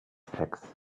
sacks